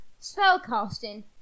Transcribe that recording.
Spellcasting